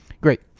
Great